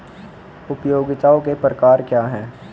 उपयोगिताओं के प्रकार क्या हैं?